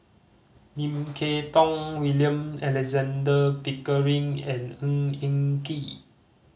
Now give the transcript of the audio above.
Lim Kay Tong William Alexander Pickering and Ng Eng Kee